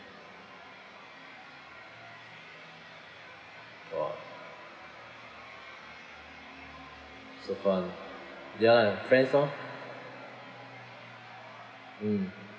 !wah! so fun ya friends lor mm